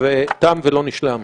תם ולא נשלם.